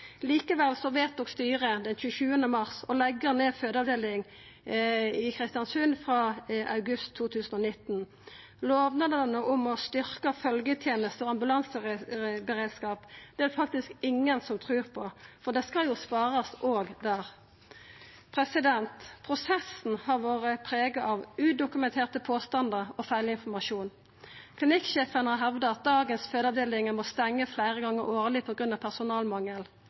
vedtok styret den 27. mars å leggja ned fødeavdelinga i Kristiansund frå august 2019. Lovnadene om å styrkja følgjetenestene og ambulanseberedskapen er det faktisk ingen som trur på, for det skal jo sparast der òg. Prosessen har vore prega av udokumenterte påstandar og feilinformasjon. Klinikksjefen har hevda at dagens fødeavdeling må stengja fleire gonger årleg på grunn av personalmangel.